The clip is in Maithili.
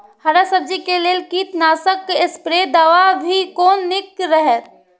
हरा सब्जी के लेल कीट नाशक स्प्रै दवा भी कोन नीक रहैत?